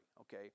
Okay